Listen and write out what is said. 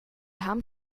home